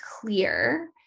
clear